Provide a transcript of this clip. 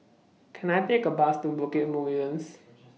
Can I Take A Bus to Bukit Mugliston